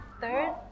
third